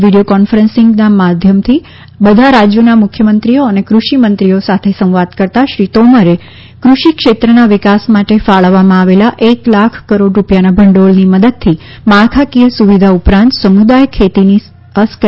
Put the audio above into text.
video conferencing માધ્યમથી બધા રાજ્યોનાં મુખ્યમંત્રીઓ અને કૃષિમંત્રીઓ સાથે સંવાદ કરતાં શ્રી તોમરે કૃષિ ક્ષેત્રનાં વિકાસ માટે ફાળવામાં આવેલાં એક લાખ કરોડ રૂપિયાનાં ભંડોળની મદદથી માળખાકીંય સુવિધા ઉપરાંત સમુદાય ખેતીની અસ્ક્યામતો વધારવા ભાર મૂક્યો છે